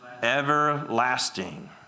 Everlasting